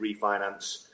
refinance